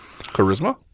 charisma